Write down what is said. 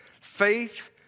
faith